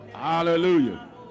Hallelujah